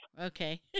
okay